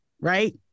right